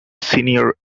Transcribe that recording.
senior